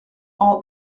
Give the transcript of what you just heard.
all